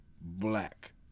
black